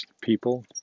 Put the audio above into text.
people